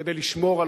כדי לשמור על